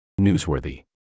newsworthy